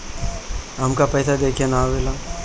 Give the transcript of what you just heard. हमका पइसा देखे ना आवेला?